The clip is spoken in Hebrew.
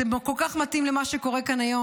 זה כל כך מתאים למה שקורה כאן היום